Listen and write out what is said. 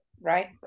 right